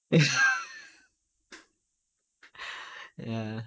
ya